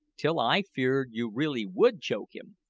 till i feared you really would choke him.